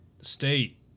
State